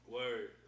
Word